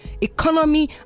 economy